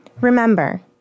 Remember